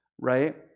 right